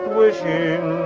wishing